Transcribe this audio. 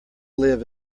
live